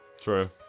True